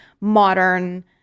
modern